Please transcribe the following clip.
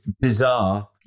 bizarre